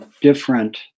different